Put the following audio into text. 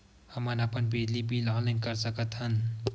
हमन अपन बिजली बिल ऑनलाइन कर सकत हन?